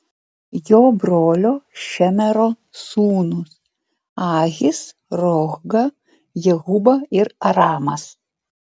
jo brolio šemero sūnūs ahis rohga jehuba ir aramas